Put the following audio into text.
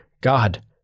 God